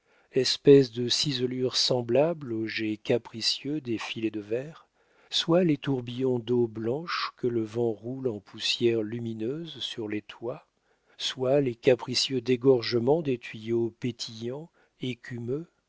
espèce de ciselures semblables aux jets capricieux des filets de verre soit les tourbillons d'eau blanche que le vent roule en poussière lumineuse sur les toits soit les capricieux dégorgements des tuyaux pétillants écumeux